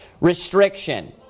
restriction